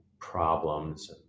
problems